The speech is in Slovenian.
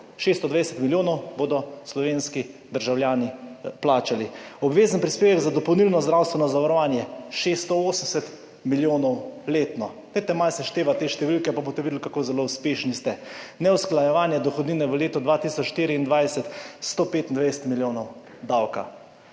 620 milijonov bodo plačali slovenski državljani. Obvezen prispevek za dopolnilno zdravstveno zavarovanje bo 680 milijonov letno. Seštejte malo te številke in boste videli, kako zelo uspešni ste. Neusklajevanje dohodnine v letu 2024 – 125 milijonov evrov